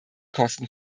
kosten